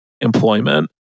employment